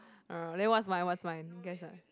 ah then what's mine what's mine guess ah